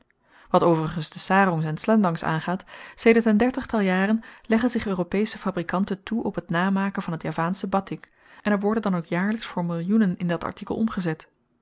wat overigens de sarongs en slendangs aangaat sedert n dertigtal jaren leggen zich europesche fabrikanten toe op t namaken van t javaansche batik en er worden dan ook jaarlyks voor millioenen in dat artikel omgezet